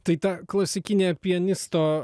tai ta klasikinė pianisto